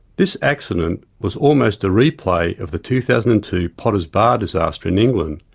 this accident was almost a replay of the two thousand and two potters bar disaster in england,